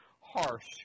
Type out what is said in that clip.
harsh